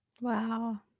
Wow